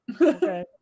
Okay